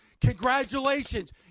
congratulations